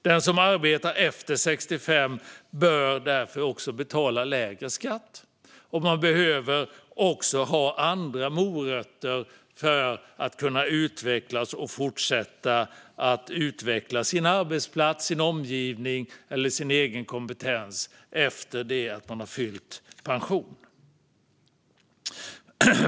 Den som arbetar efter 65 bör därför betala lägre skatt. Man behöver också ha andra morötter för att kunna utvecklas och fortsätta att utveckla sin arbetsplats, sin omgivning eller sin egen kompetens efter det att man har fyllt pensionär.